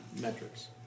metrics